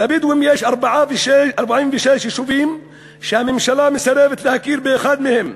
לבדואים יש 46 יישובים שהממשלה מסרבת להכיר באחד מהם.